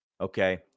okay